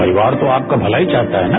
परिवार तो आपका भला ही चाहता है न